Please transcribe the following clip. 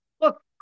Look